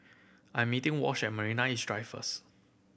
I 'm meeting Wash at Marina East Drive first